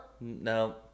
No